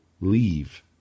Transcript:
leave